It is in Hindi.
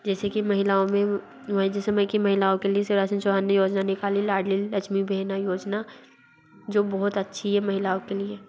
जैसे कि महिलाओं में जेसे में कि महिलाओं के लिए शिवराज सिंह चौहान ने योजना निकाली लाडली लक्ष्मी बहना योजना जो बहुत अच्छी है महिलाओं के लिए